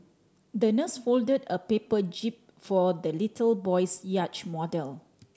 the nurse folded a paper jib for the little boy's yacht model